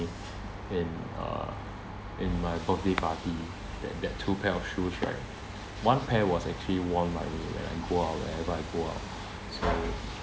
in uh in my birthday party that that two pair of shoes right one pair was actually worn by me when I go out whenever I go out so